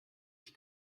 ich